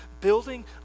building